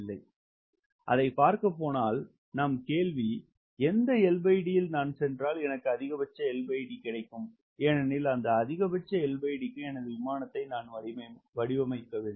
slide நேரத்தைப் பார்க்கவும் 2532 அதை பார்க்க போனால் நாம் கேள்வி எந்த LD இல் நான் சென்றால் எனக்கு அதிகபட்ச LD கிடைக்கும் ஏனேனில் அந்த அதிகபட்ச LD க்கு எனது விமானத்தை நான் வடிவமைக்கிறேன்